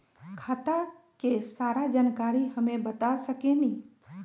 खाता के सारा जानकारी हमे बता सकेनी?